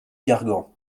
gargan